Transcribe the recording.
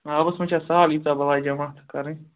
آبس منٛز چھےٚ سَہل ییٖژاہ بَلاے جمع کَرٕنۍ